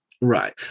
Right